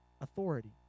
authority